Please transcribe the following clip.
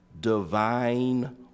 divine